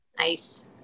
Nice